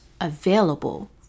available